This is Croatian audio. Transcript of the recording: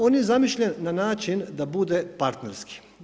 On je zamišljen na način da bude partnerski.